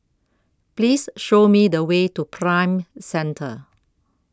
Please Show Me The Way to Prime Centre